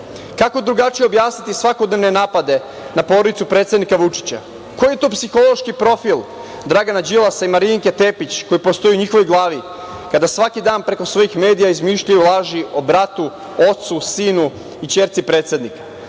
drugačije objasniti svakodnevne napade na porodicu predsednika Vučića? Koji je to psihološki profil Dragana Đilasa i Marinika i Tepić koji postoji u njihovoj glavi, kada svaki dan preko svojih medija izmišljaju laži o bratu, ocu, sinu i ćerci predsednika?